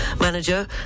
manager